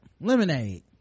lemonade